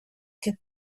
que